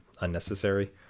unnecessary